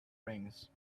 rings